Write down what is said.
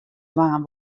dwaan